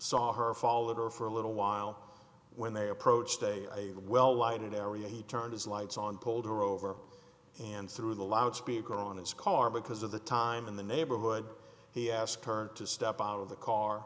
saw her fall over for a little while when they approached a well lighted area he turned his lights on told her over and through the loudspeaker on his car because of the time in the neighborhood he asked her to step out of the car